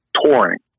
touring